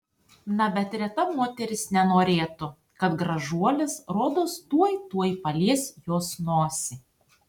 na bet reta moteris nenorėtų kad gražuolis rodos tuoj tuoj palies jos nosį